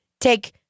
take